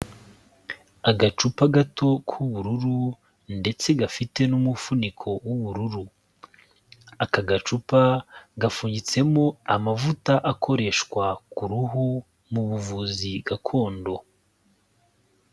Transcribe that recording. Agacupa gato k'ubururu, ndetse gafite n'umufuniko w'ubururu .Aka gacupa, gafunyitsemo amavuta akoreshwa k'uruhu mu buvuzi gakondo.